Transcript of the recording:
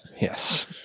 Yes